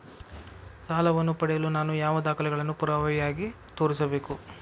ಸಾಲವನ್ನು ಪಡೆಯಲು ನಾನು ಯಾವ ದಾಖಲೆಗಳನ್ನು ಪುರಾವೆಯಾಗಿ ತೋರಿಸಬೇಕು?